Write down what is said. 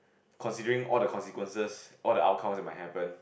considering all the consequences all the outcome that might happen